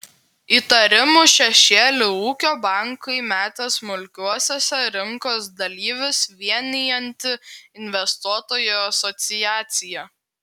įtarimų šešėlį ūkio bankui metė smulkiuosiuose rinkos dalyvius vienijanti investuotojų asociacija